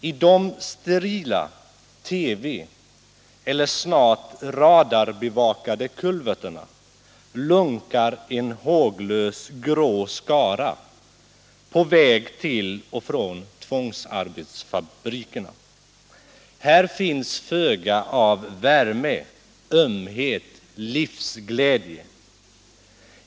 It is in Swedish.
I de sterila, TV eller snart radarbevakade kulverterna lunkar en håglös grå skara på väg vill och från tvångsarbetsfabrikerna. Här finns föga av värme. ömhet, livsglädje.